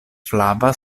flava